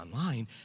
online